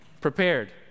prepared